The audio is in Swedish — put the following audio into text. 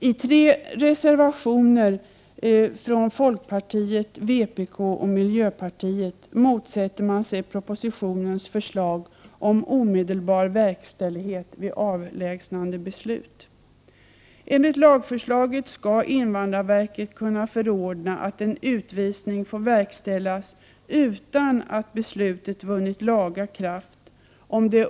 I tre reservationer från folkpartiet, vpk och miljöpartiet motsätter man sig propositionens förslag om omedelbar verkställighet vid avlägsnandebeslut. Enligt lagförslaget skall invandrarverket kunna förordna att en avvisning 2 MER en uppenbar risk för undanhållande och en förestående verkställighet, som får verkställas utan att beslutet vunnit laga kraft, om det är uppenbart att det — Prot.